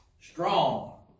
Strong